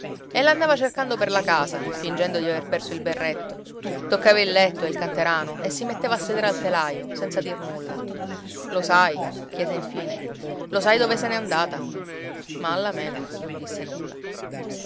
e l'andava cercando per la casa fingendo di aver perso il berretto toccava il letto e il canterano e si metteva a sedere al telaio senza dir nulla lo sai chiese infine lo sai dove se n'è andata ma alla mena non disse nulla